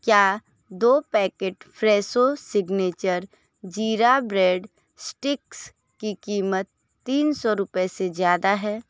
क्या दो packet Fresho signature जीरा ब्रेड स्टिक्स की कीमत तीन सौ रुपये से ज़्यादा है